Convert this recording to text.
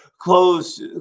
close